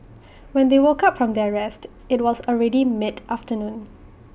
when they woke up from their rest IT was already mid afternoon